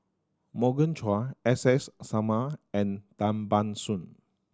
Morgan Chua S S Sarma and Tan Ban Soon